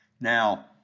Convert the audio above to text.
Now